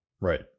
right